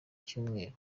cyumweru